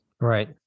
Right